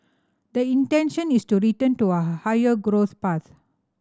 the intention is to return to a higher growth path